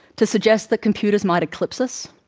to suggest that computers might eclipse us,